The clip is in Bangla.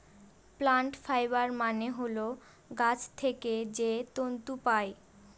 প্লান্ট ফাইবার মানে হল গাছ থেকে যে তন্তু পায়